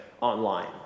online